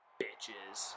bitches